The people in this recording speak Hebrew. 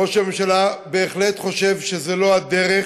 ראש הממשלה בהחלט חושב שזו לא הדרך,